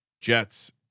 Jets